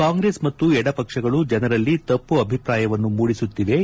ಕಾಂಗ್ರೆಸ್ ಮತ್ತು ಎಡಪಕ್ಷಗಳು ಜನರಲ್ಲಿ ತಪ್ಪು ಅಭಿಪ್ರಾಯವನ್ನು ಮೂಡಿಸುತ್ತಿವೆ